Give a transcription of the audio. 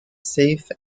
safe